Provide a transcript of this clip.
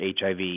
HIV